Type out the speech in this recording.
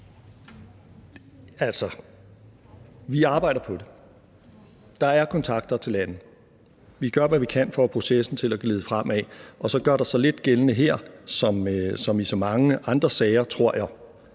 vi arbejder på det. Der er kontakter til lande. Vi gør, hvad vi kan for at få processen til at glide fremad. Så gør det sig lidt gældende her som i så mange andre sager, tror jeg,